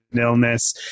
illness